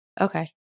Okay